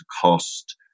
cost